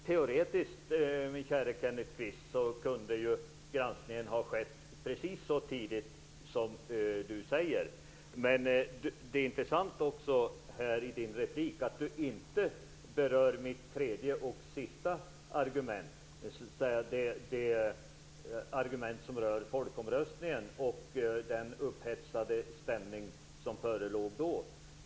Teoretiskt, min käre Kenneth Kvist, kunde granskningen ha skett precis så tidigt som Kenneth Det är intressant att han i sin replik inte berör mitt tredje och sista argument, det argument som rör folkomröstningen och den upphetsade stämning som då förelåg.